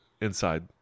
inside